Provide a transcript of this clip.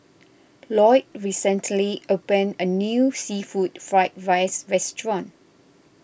Loyd recently opened a new Seafood Fried Rice restaurant